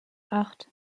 acht